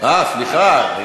תודה רבה לך.